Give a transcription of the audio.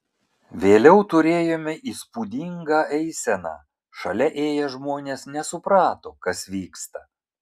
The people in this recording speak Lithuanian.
vėliau turėjome įspūdingą eiseną šalia ėję žmonės nesuprato kas vyksta